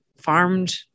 farmed